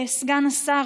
סגן השר,